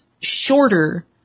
shorter